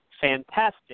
fantastic